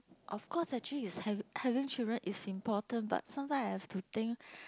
of course actually is have having children is important but sometime have to think